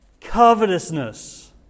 Covetousness